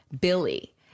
Billy